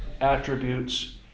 attributes